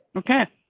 okay,